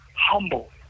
Humble